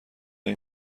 این